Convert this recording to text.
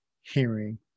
hearing